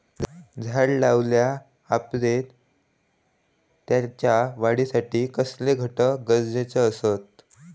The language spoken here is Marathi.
झाड लायल्या ओप्रात त्याच्या वाढीसाठी कसले घटक गरजेचे असत?